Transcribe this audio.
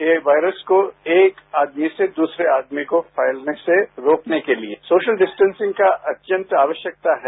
ये वायरस को एक आदमी से दूसरे आदमी को फैलने से रोकने के लिए सोशल डिस्टेंसिंग का अत्यंत आवश्यकता है